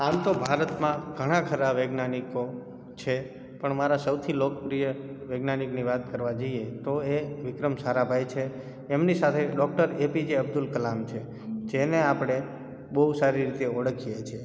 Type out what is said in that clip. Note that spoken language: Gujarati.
આમ તો ભારતમાં ઘણા ખરા વૈજ્ઞાનિકો છે પણ મારા સૌથી લોકપ્રિય વૈજ્ઞાનિકની વાત કરવા જઈએ તો એ વિક્રમ સારાભાઈ છે એમની સાથે doctor A P J Abdul Kalam છે જેને આપણે બહુ સારી રીતે ઓળખીએ છીએ